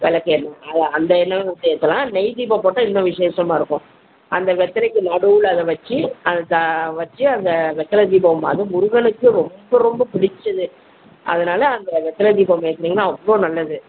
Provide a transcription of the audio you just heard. விளக்கே அத அந்த எண்ணெய் விட்டு ஏற்றலாம் நெய் தீபம் போட்டால் இன்னும் விசேஷமாக இருக்கும் அந்த வெற்றிலைக்கு நடுவில் அதை வச்சு அதை த வச்சு அந்த வெற்றில தீபம் அது முருகனுக்கு ரொம்ப ரொம்ப பிடிச்சது அதனால அந்த வெற்றிலை தீபம் ஏற்றுனீங்கனா அவ்வளோ நல்லது